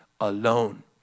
alone